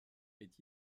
est